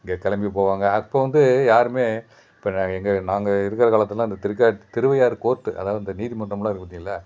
இங்கே கிளம்பி போவாங்க அப்போது வந்து யாருமே இப்போ நாங்கள் எங்கள் நாங்கள் இருக்கிற காலத்தெலாம் இந்த திருக்காட்டு திருவையாறு கோர்ட்டு அதாவது இந்த நீதி மன்றமெலாம் இருக்கும் பார்த்தீங்களா